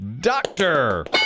Doctor